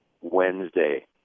Wednesday